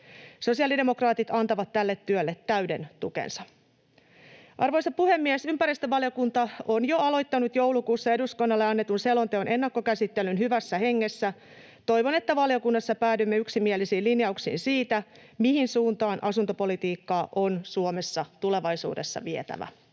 Sosiaalidemokraatit antavat tälle työlle täyden tukensa. Arvoisa puhemies! Ympäristövaliokunta on jo aloittanut joulukuussa eduskunnalle annetun selonteon ennakkokäsittelyn hyvässä hengessä. Toivon, että valiokunnassa päädymme yksimielisiin linjauksiin siitä, mihin suuntaan asuntopolitiikkaa on Suomessa tulevaisuudessa vietävä.